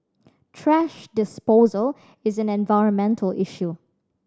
trash disposal is an environmental issue